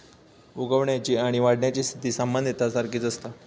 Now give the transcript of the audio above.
उगवण्याची आणि वाढण्याची स्थिती सामान्यतः सारखीच असता